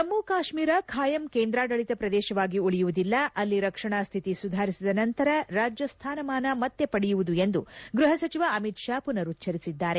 ಜಮ್ಮ ಕಾಶ್ನೀರ ಖಾಯಂ ಕೇಂದ್ರಾಡಳತ ಪ್ರದೇಶವಾಗಿ ಉಳಿಯುವುದಿಲ್ಲ ಅಲ್ಲಿ ರಕ್ಷಣಾ ಸ್ಥಿತಿ ಸುಧಾರಿಸಿದ ನಂತರ ರಾಜ್ಯ ಸ್ಥಾನಮಾನ ಮತ್ತೆ ಪಡೆಯುವುದು ಎಂದು ಗ್ಚಹ ಸಚಿವ ಅಮಿತ್ ತಾ ಪುನರುಚ್ಲರಿಸಿದ್ದಾರೆ